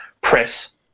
press